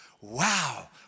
Wow